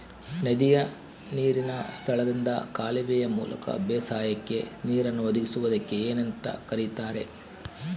ನದಿಯ ನೇರಿನ ಸ್ಥಳದಿಂದ ಕಾಲುವೆಯ ಮೂಲಕ ಬೇಸಾಯಕ್ಕೆ ನೇರನ್ನು ಒದಗಿಸುವುದಕ್ಕೆ ಏನೆಂದು ಕರೆಯುತ್ತಾರೆ?